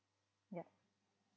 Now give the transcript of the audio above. yup